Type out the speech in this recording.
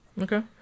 Okay